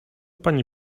pani